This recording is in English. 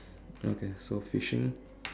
okay so fishing